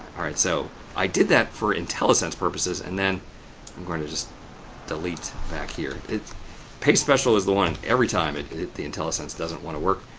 all right, so i did that for intellisense purposes and then i'm going to just delete back here. paste special is the one every time it it the intellisense doesn't want to work.